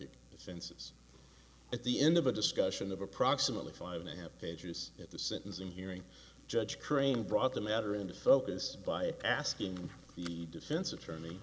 senses at the end of a discussion of approximately five and a half pages at the sentencing hearing judge crane brought the matter into focus by asking the defense attorney